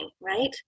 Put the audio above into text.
right